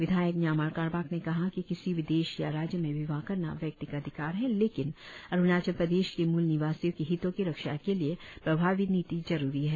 विधायक न्यामार कारबाक ने कहा कि किसी भी देश या राज्य में विवाह करना व्यक्ति का अधिकार है लेकिन अरुणाचल प्रदेश के मूल निवासियों के हितों की रक्षा के लिए प्रभावी नीति जरुरी है